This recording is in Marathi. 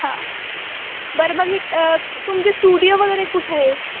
हां बरं मग हे तुमचे स्टुडिओ वगैरे कुठं आहे